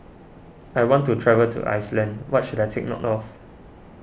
I want to travel to Iceland what should I take note of